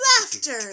Laughter